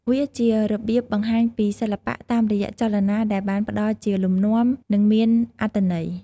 វាជារបៀបបង្ហាញពីសិល្បៈតាមរយៈចលនាដែលបានផ្តល់ជាលំនាំ និងមានអត្ថន័យ។